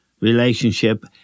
relationship